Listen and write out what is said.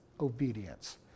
obedience